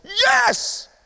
Yes